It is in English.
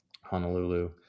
Honolulu